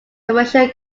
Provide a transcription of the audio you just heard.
commercial